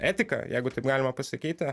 etika jeigu taip galima pasakyti